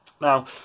Now